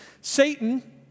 Satan